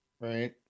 right